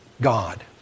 God